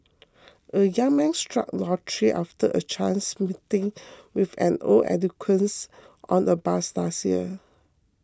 a young man struck lottery after a chance meeting with an old acquaintance on a bus last year